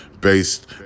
based